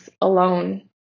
alone